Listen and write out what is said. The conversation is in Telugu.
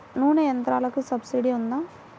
నూనె యంత్రాలకు సబ్సిడీ ఉందా?